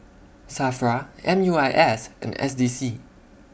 SAFRA M U I S and S D C